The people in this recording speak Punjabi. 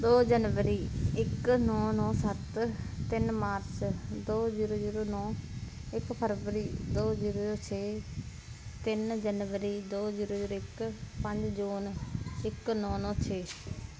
ਦੋ ਜਨਵਰੀ ਇੱਕ ਨੌਂ ਨੌਂ ਸੱਤ ਤਿੰਨ ਮਾਰਚ ਦੋ ਜ਼ੀਰੋ ਜ਼ੀਰੋ ਨੌਂ ਇੱਕ ਫਰਵਰੀ ਦੋ ਜ਼ੀਰੋ ਜ਼ੀਰੋ ਛੇ ਤਿੰਨ ਜਨਵਰੀ ਦੋ ਜ਼ੀਰੋ ਜ਼ੀਰੋ ਇੱਕ ਪੰਜ ਜੂਨ ਇੱਕ ਨੌਂ ਨੌਂ ਛੇ